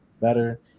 better